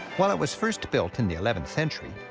while it was first built in the eleventh century,